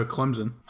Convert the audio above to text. Clemson